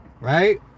right